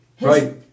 Right